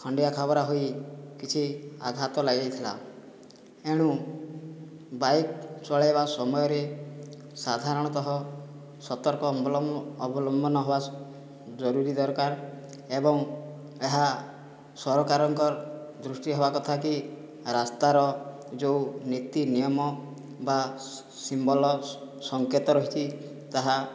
ଖଣ୍ଡିଆ ଖାବରା ହୋଇ କିଛି ଆଘାତ ଲାଗିଥିଲା ଏଣୁ ବାଇକ୍ ଚଳାଇବା ସମୟରେ ସାଧାରଣତଃ ସତର୍କ ଅବଲମ୍ବନ ହେବା ଜରୁରୀ ଦରକାର ଏବଂ ଏହା ସରକାରଙ୍କର ଦୃଷ୍ଟି ହେବା କଥା କି ରାସ୍ତାର ଯେଉଁ ନୀତି ନିୟମ ବା ସିମ୍ବଲ ସଙ୍କେତ ରହିଛି ତାହା